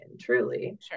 truly